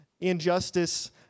injustice